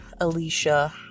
Alicia